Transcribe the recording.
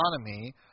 economy